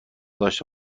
داشته